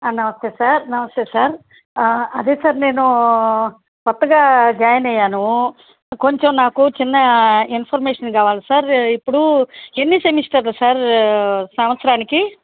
నమస్తే సార్ నమస్తే సార్ అదే సార్ నేనూ కొత్తగా జాయిన్ అయ్యానూ కొంచెం నాకు చిన్న ఇన్ఫర్మేషన్ కావాల్ సార్ ఇప్పుడు ఎన్ని సెమిస్టర్లు సార్ సంవత్సరానికి